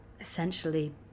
essentially